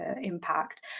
impact